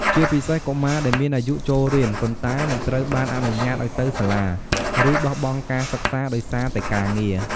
ជាពិសេសកុមារដែលមានអាយុចូលរៀន ប៉ុន្តែមិនត្រូវបានអនុញ្ញាតឲ្យទៅសាលា ឬបោះបង់ការសិក្សាដោយសារតែការងារ។